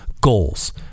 goals